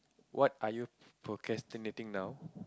what are you procrastinating now